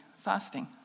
fasting